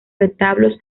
retablos